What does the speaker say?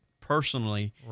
personally